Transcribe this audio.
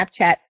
Snapchat